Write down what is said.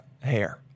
hair